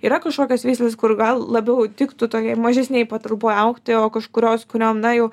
yra kažkokios veislės kur gal labiau tiktų tokioj mažesnėj patalpoj augti o kažkurios kuriom na jau